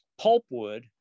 pulpwood